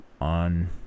on